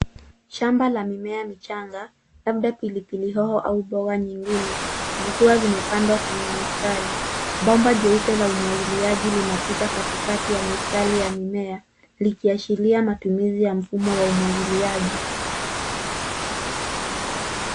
Shamba la mimea michanga, labda pilipili hoho au mboga zingine, zikiwa zimepandwa kwenye mistari. Bomba jeupe lenye umwagiliaji linapita katikati ya mistari ya mimea, likiashiria matumizi ya mfumo wa umwagiliaji.